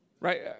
right